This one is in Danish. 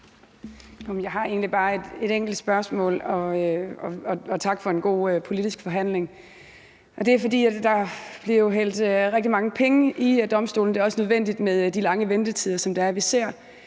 egentlig bare et enkelt spørgsmål, og tak for en god politisk forhandling. Der er blevet hældt rigtig mange penge i domstolene, og det er også nødvendigt med de lange ventetider, som vi ser.